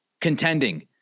contending